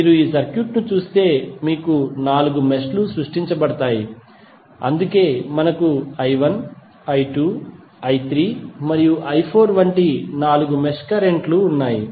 మీరు ఈ సర్క్యూట్ ను చూస్తే మీకు నాలుగు మెష్ లు సృష్టించబడతాయి అందుకే మనకు i1 i2 i3 మరియు i4 వంటి నాలుగు మెష్ కరెంట్ లు ఉన్నాయి